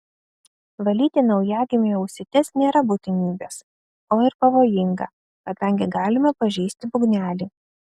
valyti naujagimiui ausytes nėra būtinybės o ir pavojinga kadangi galima pažeisti būgnelį